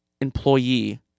employee